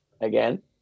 again